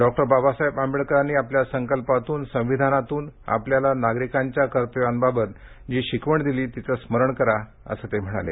doctor Babasaheb आंबेडकरांनी आपल्या संकल्पातून संविधानातून आपल्याला नागरिकांच्या कर्तव्यांबाबत जी शिकवण दिली तिचे स्मरण करा असे ते म्हणाले